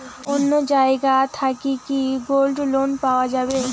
অন্য জায়গা থাকি কি গোল্ড লোন পাওয়া যাবে?